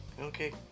Okay